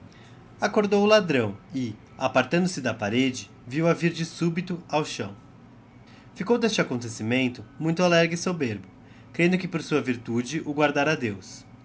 acordou o ladrão e apartando-se da parede vio a vir de súbito ao chão ficou deste acontecimento muito alegre e soberbo crendo que por sua virtude o guardara deos